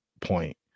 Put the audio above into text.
point